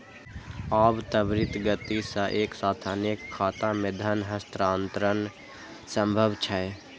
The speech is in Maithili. आब त्वरित गति सं एक साथ अनेक खाता मे धन हस्तांतरण संभव छै